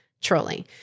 trolling